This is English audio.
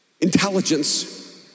intelligence